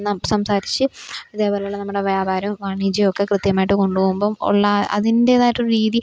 സംസാരിച്ച് ഇതേപോലെയുള്ള നമ്മുടെ വ്യാപാരവും വാണിജ്യവുമൊക്കെ കൃത്യമായിട്ട് കൊണ്ടുപോവുമ്പം ഉള്ള അതിന്റേതായിട്ടൊരു രീതി